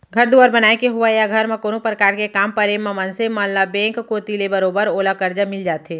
घर दुवार बनाय के होवय या घर म कोनो परकार के काम परे म मनसे मन ल बेंक कोती ले बरोबर ओला करजा मिल जाथे